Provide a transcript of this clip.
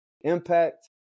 impact